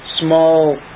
small